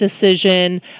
decision